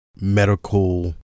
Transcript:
medical